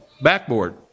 backboard